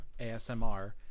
ASMR